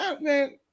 man